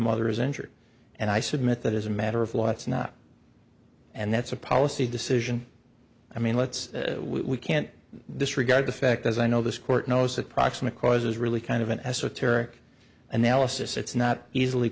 mother is injured and i submit that is a matter of law it's not and that's a policy decision i mean let's we can't disregard the fact as i know this court knows that proximate cause is really kind of an esoteric analysis it's not easily